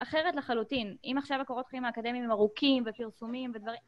אחרת לחלוטין, אם עכשיו הקורות חיים האקדמיים הם ארוכים ופרסומים ודברים